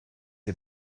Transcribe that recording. are